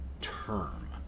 term